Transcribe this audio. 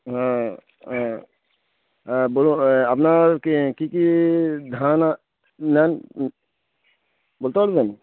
হ্যাঁ হ্যাঁ হ্যাঁ বলুন আপনার কী কী কী ধান নেন বলতে পারবেন